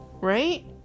Right